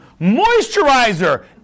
moisturizer